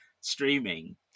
streaming